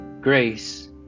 grace